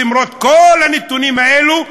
למרות כל הנתונים האלה,